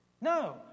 No